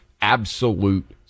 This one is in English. absolute